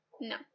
No